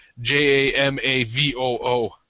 J-A-M-A-V-O-O